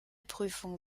prüfung